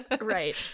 right